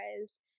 guys